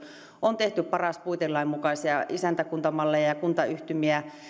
on tehty paras puitelain mukaisia isäntäkuntamalleja ja ja kuntayhtymiä